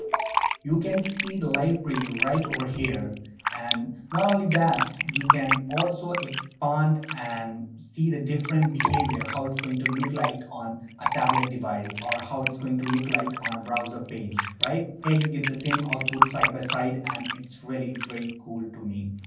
you can see the live preview right over here and not only that you can also expand and see the different behavior how it's going to look like on a tablet device or how it's going to look like on a browser page right here you get the same output side by side and it's really very cool to me